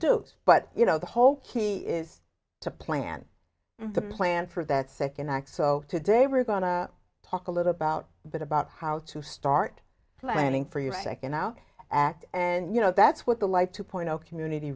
do but you know the whole key is to plan the plan for that second act so today we're going to talk a little about bit about how to start planning for your second now act and you know that's what the life two point zero community